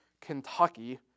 Kentucky